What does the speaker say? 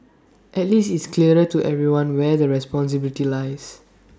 at least it's clearer to everyone where the responsibility lies